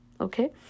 okay